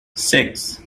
six